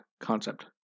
concept